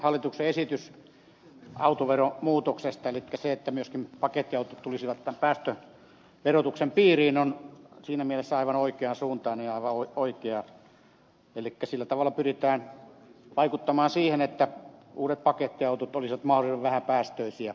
hallituksen esitys autoveromuutoksesta eli siitä että myöskin pakettiautot tulisivat tämän päästöverotuksen piiriin on siinä mielessä aivan oikean suuntainen että tällä tavalla pyritään vaikuttamaan siihen että uudet pakettiautot olisivat mahdollisimman vähäpäästöisiä